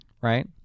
Right